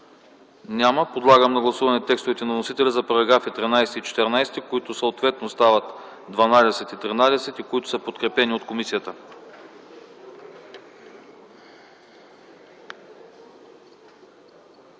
Няма. Подлагам на гласуване текстовете на вносителя за параграфи 13 и 14, които стават съответно параграфи 12 и 13, и които са подкрепени от комисията.